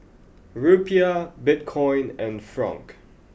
Rupiah Bitcoin and Franc